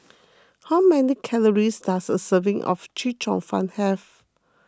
how many calories does a serving of Chee Cheong Fun have